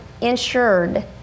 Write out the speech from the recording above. insured